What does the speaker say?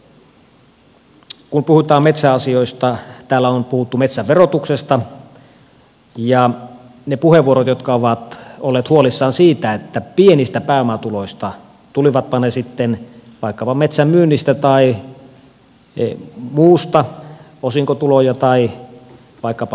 kun puhutaan metsäasioista täällä on puhuttu metsän verotuksesta on helppo kannattaa niitä puheenvuoroja joissa on oltu huolissaan pienistä pääomatuloista tulivatpa ne sitten vaikkapa metsän myynnistä tai muusta osinkotuloista tai vaikkapa